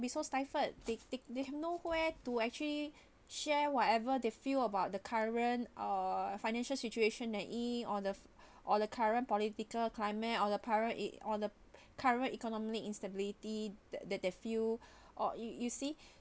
be so stifled they they have nowhere to actually share whatever they feel about the current uh financial situation and in on the or the current political climate or the paren~ or the current economic instability that that that feel or you you see